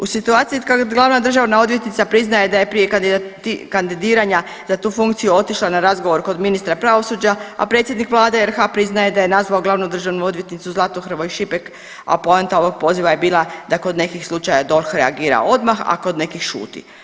U situaciji kada glavna državna odvjetnica priznaje da je prije kandidiranja za tu funkciju otišla na razgovor kod ministra pravosuđa, a predsjednik Vlade RH priznaje da je nazvao glavnu državnu odvjetnicu Zlatu Hrvoj Šipek, a poanta ovih poziva je bila da kod nekih slučaja DORH reagira odmah, a kod nekih šuti.